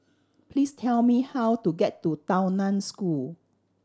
please tell me how to get to Tao Nan School